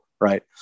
Right